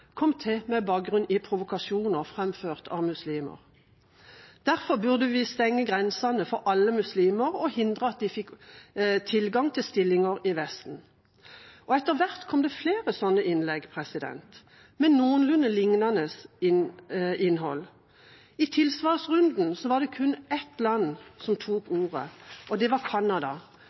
kom til med bakgrunn i provokasjoner framført av muslimer. Derfor burde vi stenge grensene for alle muslimer og hindre at de fikk tilgang til stillinger i Vesten. Etter hvert kom det flere slike innlegg med noenlunde liknende innhold. I tilsvarsrunden var det kun ett land som tok ordet, og det var Canada,